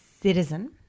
Citizen